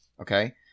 Okay